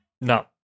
No